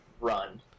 run